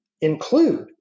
include